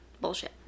Bullshit